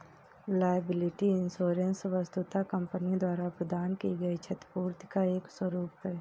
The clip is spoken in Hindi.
लायबिलिटी इंश्योरेंस वस्तुतः कंपनी द्वारा प्रदान की गई क्षतिपूर्ति का एक स्वरूप है